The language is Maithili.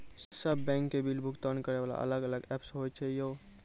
सब बैंक के बिल भुगतान करे वाला अलग अलग ऐप्स होय छै यो?